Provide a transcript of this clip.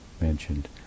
mentioned